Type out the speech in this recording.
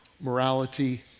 morality